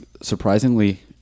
surprisingly